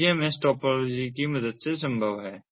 तो यह mesh topology की मदद से संभव है